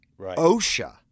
OSHA